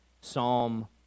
Psalm